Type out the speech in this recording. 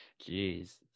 Jeez